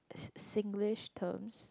Singlish terms